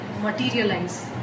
materialize